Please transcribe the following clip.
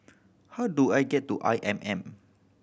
how do I get to I M M